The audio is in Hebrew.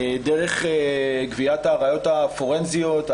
דרך גביית הראיות הפורנזיות,